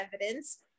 evidence